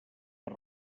per